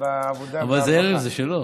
זה שלו.